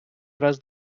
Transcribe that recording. раз